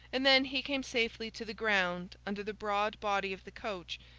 and then he came safely to the ground under the broad body of the coach,